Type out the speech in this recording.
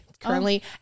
currently